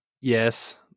Yes